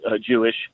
Jewish